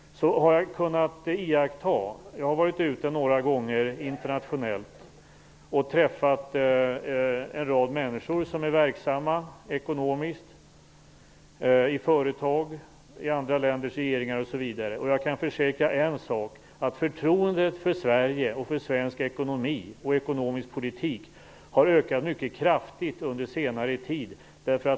Jag har varit ute några gånger internationellt och träffat en rad människor som är verksamma ekonomiskt i företag, i andra länders regeringar osv. Jag kan försäkra en sak: att förtroendet för Sverige, för svensk ekonomi och ekonomisk politik, har ökat mycket kraftigt under senare tid.